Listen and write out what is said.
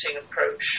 approach